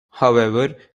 however